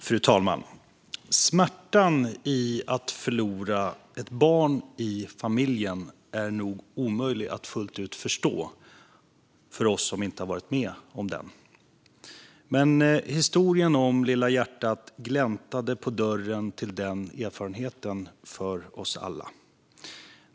Fru talman! Smärtan i att förlora ett barn i familjen är nog omöjlig att fullt ut förstå för oss som inte varit med om det. Men historien om "Lilla hjärtat" gläntade på dörren till den erfarenheten för oss alla.